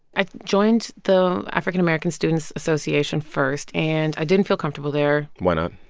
i joined the african-american students association first, and i didn't feel comfortable there why not?